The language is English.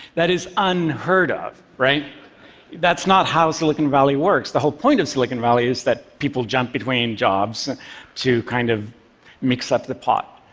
that is unheard of. that's not how silicon valley works. the whole point of silicon valley is that people jump between jobs to kind of mix up the pot.